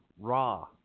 raw